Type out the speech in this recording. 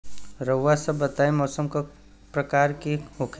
रउआ सभ बताई मौसम क प्रकार के होखेला?